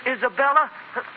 Isabella